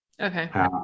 Okay